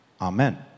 Amen